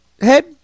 head